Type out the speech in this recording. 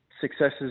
successes